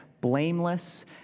blameless